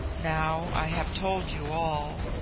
now i have told you all.